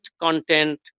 content